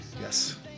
Yes